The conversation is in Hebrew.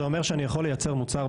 זה אומר שאני יכול לייצר מוצר,